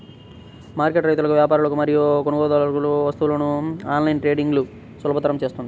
market రైతులకు, వ్యాపారులకు మరియు కొనుగోలుదారులకు వస్తువులలో ఆన్లైన్ ట్రేడింగ్ను సులభతరం చేస్తుంది